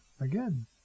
again